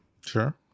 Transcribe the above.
Sure